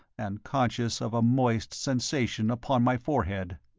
and conscious of a moist sensation upon my forehead.